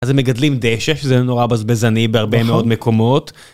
אז הם מגדלים דשא שזה נורא בזבזני בהרבה מאוד מקומות.